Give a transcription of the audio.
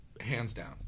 hands-down